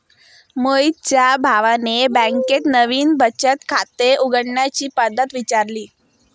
मोहितच्या भावाने बँकेत नवीन बचत खाते उघडण्याची पद्धत विचारली